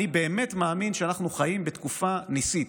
אני באמת מאמין שאנחנו חיים בתקופה ניסית.